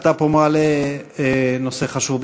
אתה מעלה פה נושא חשוב.